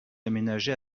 aménagés